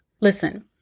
Listen